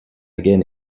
again